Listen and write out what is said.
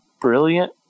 Brilliant